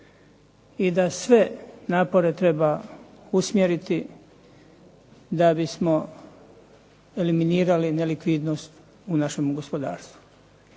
i da sve napore treba usmjeriti da bismo eliminirali nelikvidnost u našem gospodarstvu.